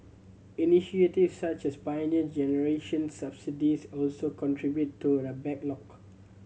initiatives such as the Pioneer Generation subsidies also contributed to the back lock